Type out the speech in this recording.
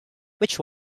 which